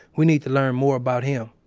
we need to learn more about him